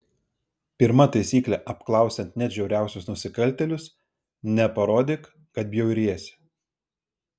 pirma taisyklė apklausiant net žiauriausius nusikaltėlius neparodyk kad bjauriesi